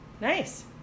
nice